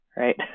Right